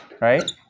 right